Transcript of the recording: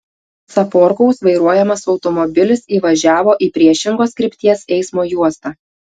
caporkaus vairuojamas automobilis įvažiavo į priešingos krypties eismo juostą